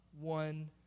one